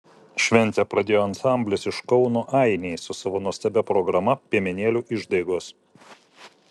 šventę pradėjo ansamblis iš kauno ainiai su savo nuostabia programa piemenėlių išdaigos